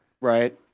Right